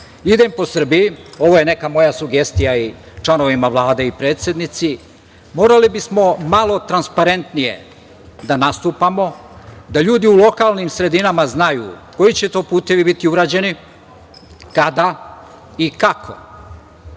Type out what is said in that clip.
po Srbiji. Ovo je neka moja sugestija i članovima Vlade i predsednici. Morali bismo malo transparentnije da nastupamo, da ljudi u lokalnim sredinama znaju koji će to putevi biti urađeni, kada i kako.